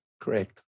Correct